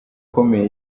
akomeye